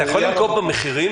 אתה יכול לנקוב במחירים?